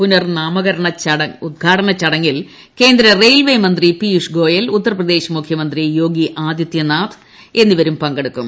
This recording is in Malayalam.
പുനർ നാമകരണ ഉദ്ഘാടന ചടങ്ങിൽ കേന്ദ്ര റെയിൽവേമന്ത്രി പീയുഷ് ഗോയൽ ഉത്തർ പ്രദേശ് മുഖ്യമന്ത്രി യോഗി ആദിത്യനാഥ് എന്നിവർ പങ്കെടുക്കും